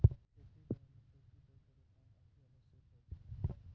खेती करै म चौकी दै केरो काम अतिआवश्यक होय छै